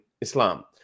islam